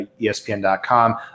ESPN.com